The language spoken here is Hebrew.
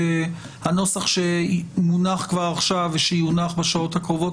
הנוסח שמונח כבר עכשיו ושיונח בשעות הקרובות,